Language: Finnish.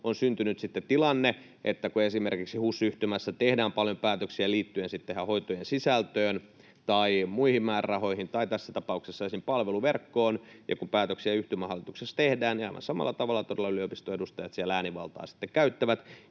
on syntynyt sitten tilanne, että kun esimerkiksi HUS-yhtymässä tehdään paljon päätöksiä liittyen sitten hoitojen sisältöön tai muihin määrärahoihin tai tässä tapauksessa esim. palveluverkkoon ja kun päätöksiä yhtymähallituksessa tehdään, niin aivan samalla tavalla todella yliopiston edustajat siellä äänivaltaa sitten